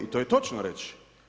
I to je točno reči.